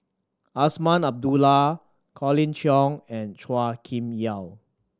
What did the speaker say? Azman Abdullah Colin Cheong and Chua Kim Yeow